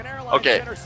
Okay